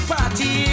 Party